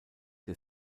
der